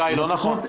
שי, לא נכון.